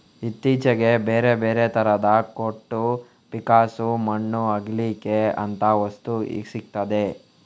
ಇತ್ತೀಚೆಗೆ ಬೇರೆ ಬೇರೆ ತರದ ಕೊಟ್ಟು, ಪಿಕ್ಕಾಸು, ಮಣ್ಣು ಅಗೀಲಿಕ್ಕೆ ಅಂತ ವಸ್ತು ಸಿಗ್ತದೆ